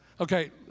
Okay